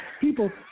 People